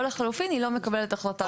או לחילופין היא לא מקבלת החלטה בכלל.